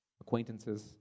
acquaintances